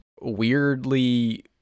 weirdly